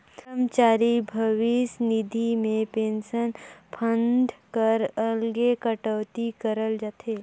करमचारी भविस निधि में पेंसन फंड कर अलगे कटउती करल जाथे